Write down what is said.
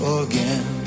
again